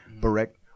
Correct